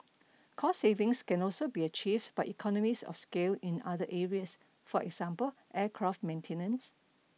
cost savings can also be achieved by economies of scale in other areas for example aircraft maintenance